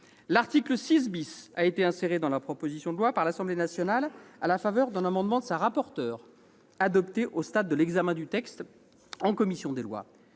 L'article 6 a été inséré dans la proposition de loi par l'Assemblée nationale à la faveur d'un amendement de sa rapporteure adopté au stade de l'examen du texte en commission des lois.